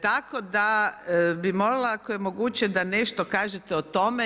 Tako da bi molila ako je moguće ako nešto kažete o tome.